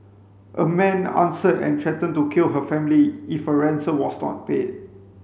a man answered and threatened to kill her family if a ransom was not paid